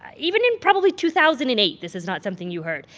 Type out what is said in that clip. even in probably two thousand and eight, this is not something you heard.